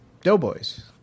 Doughboys